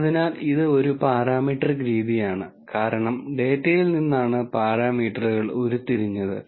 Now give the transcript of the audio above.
അതിനാൽ ഇത് ഒരു പാരാമെട്രിക് രീതിയാണ് കാരണം ഡാറ്റയിൽ നിന്നാണ് പാരാമീറ്ററുകൾ ഉരുത്തിരിഞ്ഞത്